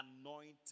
anointed